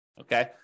okay